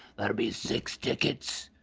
that'll be six tickets.